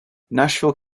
nashville